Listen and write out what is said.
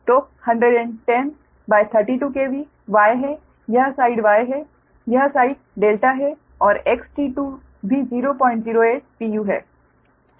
तो 11032 KV Y है यह साइड Y है यह साइड ∆ है और XT2 भी 008 pu है